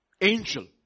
angel